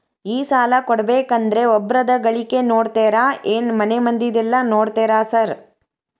ಈ ಸಾಲ ಕೊಡ್ಬೇಕಂದ್ರೆ ಒಬ್ರದ ಗಳಿಕೆ ನೋಡ್ತೇರಾ ಏನ್ ಮನೆ ಮಂದಿದೆಲ್ಲ ನೋಡ್ತೇರಾ ಸಾರ್?